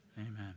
Amen